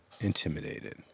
intimidated